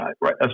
right